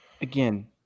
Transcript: again